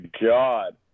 god